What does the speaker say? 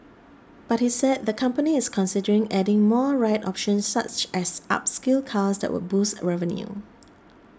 but he said the company is considering adding more ride options such as upscale cars that would boost revenue